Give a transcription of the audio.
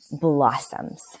blossoms